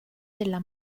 della